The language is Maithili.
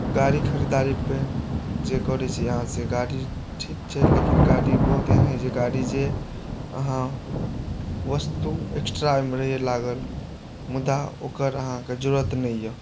गाड़ी खरीदारीपर जे करैत छी अहाँ से गाड़ी ठीक छै लेकिन गाड़ी बहुत एहन होइत छै गाड़ी जे अहाँ वस्तु एक्स्ट्रा ओहिमे रहैए लागल मुदा ओकर अहाँकेँ जरूरत नहि यए